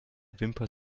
wimper